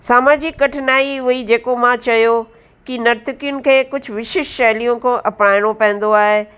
सामाजिक कठिनाई उहे ई जेको मां चयो की नर्तकियुनि खे कुझु विशेष शैलियूं खां अपाइणो पवंदो आहे